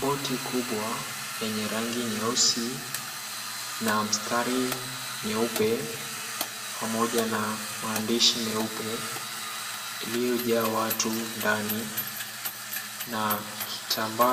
Boti kubwa lenye rangi nyeusi, na mstari nyeupe, pamoja na maandishi meupe, ilio jaa watu ndani, na kitamba